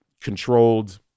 controlled